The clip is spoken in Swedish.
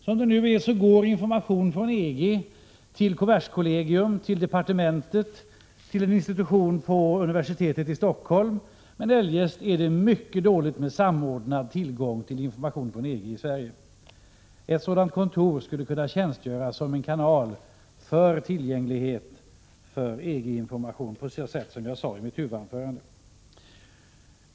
Som det nu är går information från EG till kommerskollegium, till departementet och till en institution på universi tetet i Stockholm, men eljest är det mycket dåligt med samordnad tillgång till information från EG i Sverige. Ett informationskontor skulle kunna tjänstgöra som en kanal för att göra EG-information tillgänglig på det sätt som jag beskrev i mitt huvudanförande.